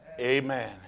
Amen